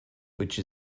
which